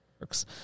works